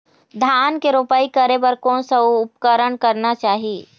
धान के रोपाई करे बर कोन सा उपकरण करना चाही?